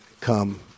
come